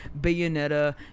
Bayonetta